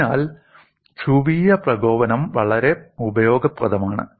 അതിനാൽ ധ്രുവീയ ഏകോപനം വളരെ ഉപയോഗപ്രദമാണ്